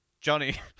Johnny